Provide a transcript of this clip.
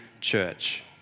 church